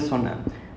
mm